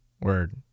Word